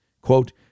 quote